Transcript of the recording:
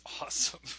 awesome